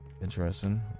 Interesting